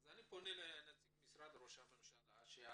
אני פונה לנציג משרד ראש הממשלה, שהוא